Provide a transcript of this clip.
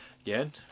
Again